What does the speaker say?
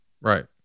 Right